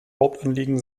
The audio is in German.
hauptanliegen